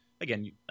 again